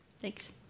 Thanks